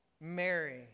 Mary